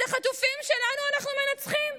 את החטופים שלנו אנחנו מנצחים?